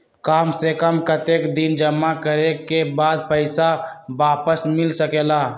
काम से कम कतेक दिन जमा करें के बाद पैसा वापस मिल सकेला?